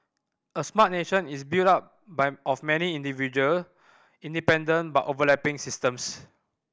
a smart nation is build up by of many individual independent but overlapping systems